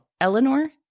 Eleanor